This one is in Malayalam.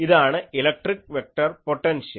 ഇതാണ് ഇലക്ട്രിക് വെക്ടർ പൊട്ടൻഷ്യൽ